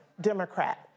Democrat